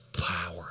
power